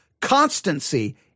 constancy